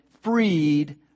freed